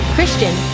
Christian